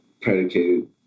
predicated